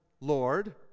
Lord